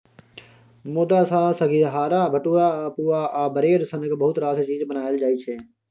मेदा सँ सिंग्हारा, भटुरा, पुआ आ ब्रेड सनक बहुत रास चीज बनाएल जाइ छै